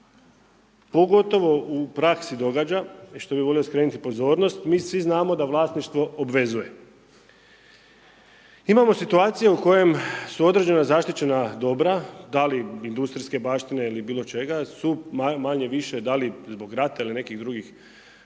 pogotovo u praksi događa, što bih volio skrenuti pozornost. Mi svi znamo da vlasništvo obvezuje. Imamu situacije u kojem su određena zaštićena dobra, da li industrijske baštine ili bilo čega, su manje-više da li zbog rata ili nekih drugih